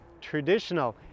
traditional